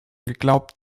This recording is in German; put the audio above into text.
geglaubt